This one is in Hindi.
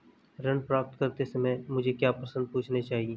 ऋण प्राप्त करते समय मुझे क्या प्रश्न पूछने चाहिए?